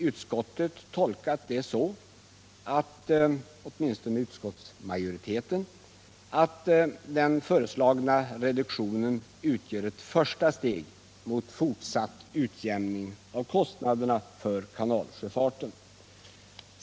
Utskottsmajoriteten tolkar det så, att den föreslagna reduktionen utgör ett första steg mot fortsatt utjämning av kostnaderna för kanalsjöfarten.